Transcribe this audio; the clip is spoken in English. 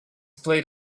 played